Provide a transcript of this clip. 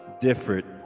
different